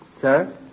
Sir